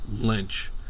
lynch